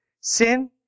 sin